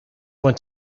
went